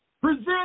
Present